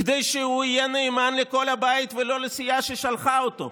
כדי שהוא יהיה נאמן לכל הבית ולא לסיעה ששלחה אותו.